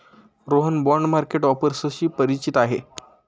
Rohan bond market ऑफर्सशी परिचित आहे